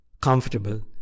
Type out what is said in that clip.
comfortable